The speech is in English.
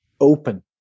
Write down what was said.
open